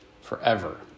forever